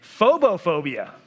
Phobophobia